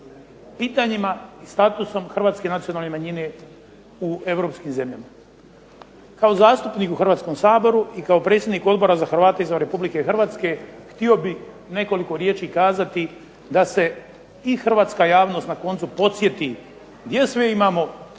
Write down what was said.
pitanjima i statusom hrvatske nacionalne manjine u europskim zemljama. Kao zastupnik u Hrvatskom saboru i kao predsjednik Odbora za Hrvate izvan RH htio bih nekoliko riječi kazati da se i hrvatska javnost na koncu podsjeti gdje sve imamo